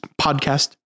podcast